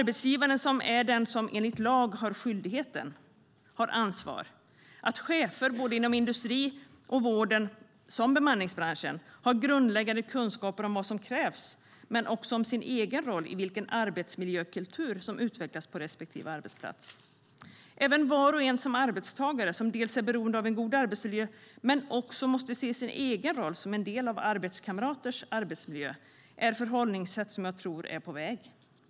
Det är enligt lag arbetsgivarens skyldighet och ansvar att se till att chefer inom såväl industri som vård och bemanningsbransch har grundläggande kunskaper om vad som krävs men också om sin egen roll i den arbetsmiljökultur som utvecklas på respektive arbetsplats. Som arbetstagare är man beroende av en god arbetsmiljö men måste också se sin egen roll som en del av sina arbetskamraters arbetsmiljö. Det är förhållningssätt som jag tror är på väg.